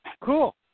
cool